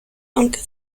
aunque